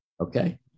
Okay